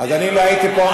לא רק שבירכנו,